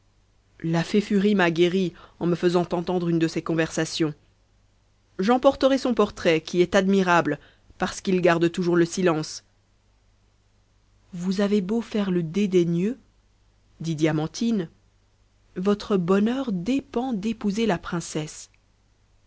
la fée furie m'a guéri en me faisant entendre une de ses conversations j'emporterai son portrait qui est admirable parce qu'il garde toujours le silence vous avez beau faire le dédaigneux dit diamantine votre bonheur dépend d'épouser la princesse